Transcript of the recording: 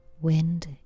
Wind